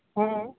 ᱦᱮᱸ